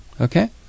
Okay